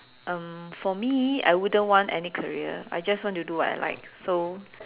um for me I wouldn't want any career I just want to do what I like so